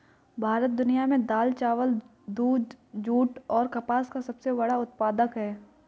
भारत दुनिया में दाल, चावल, दूध, जूट और कपास का सबसे बड़ा उत्पादक है